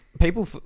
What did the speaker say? people